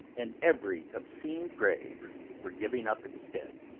and every obscene grave were giving up its dead.